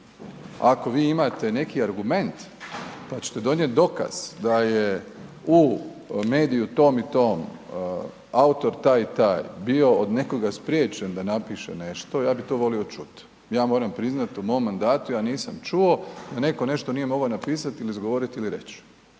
Ako vi imate neki argument pa ćete donijeti dokaz da je u mediju tom i tom, autor taj i taj bio od nekoga spriječen da napiše nešto, ja bih to volio čuti. Ja moram priznati u mom mandatu, ja nisam čuo da netko nešto nije mogao napisati ili izgovoriti ili reći,